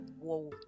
whoa